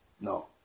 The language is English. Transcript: No